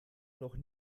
noch